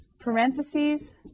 parentheses